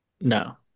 No